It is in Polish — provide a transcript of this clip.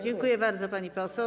Dziękuję bardzo, pani poseł.